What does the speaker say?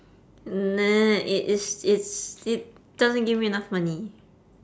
nah it it's it's it doesn't give me enough money